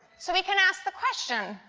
so we can ask the question,